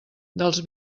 dels